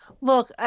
look